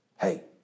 hey